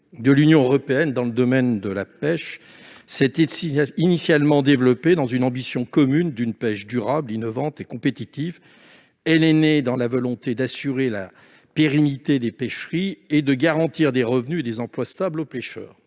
de l'Union européenne dans le domaine de la pêche s'était initialement développée avec l'ambition commune d'une pêche durable, innovante et compétitive. Elle était née de la volonté d'assurer la pérennité des pêcheries et de garantir des revenus et des emplois stables aux pêcheurs.